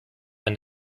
wenn